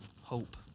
hope